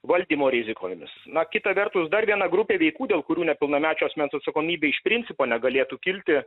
valdymo rizikomis na kita vertus dar viena grupė veikų dėl kurių nepilnamečio asmens atsakomybė iš principo negalėtų kilti